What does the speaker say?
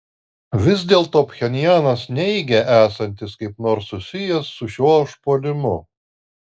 vis dėlto pchenjanas neigia esantis kaip nors susijęs su šiuo užpuolimu